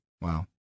Wow